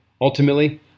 Ultimately